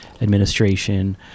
administration